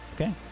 Okay